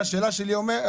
השאלה שלי היא: